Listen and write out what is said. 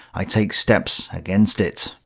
i take steps against it,